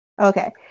Okay